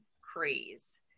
craze